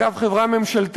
אגב, חברה ממשלתית,